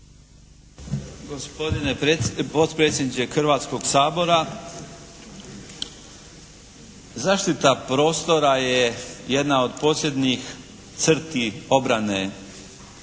Gospodine potpredsjedniče Hrvatskog sabora, zaštita prostora je jedna od posljednjih crti obrane